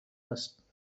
است